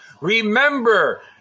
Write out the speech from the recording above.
Remember